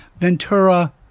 Ventura